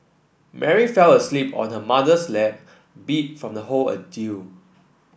Mary fell asleep on her mother's lap beat from the whole ordeal